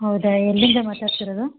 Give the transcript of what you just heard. ಹೌದಾ ಎಲ್ಲಿಂದ ಮಾತಾಡ್ತಿರೋದು